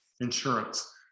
insurance